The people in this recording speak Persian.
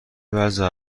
وضع